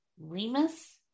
Remus